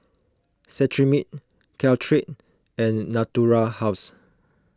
Cetrimide Caltrate and Natura House